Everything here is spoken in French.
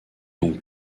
donc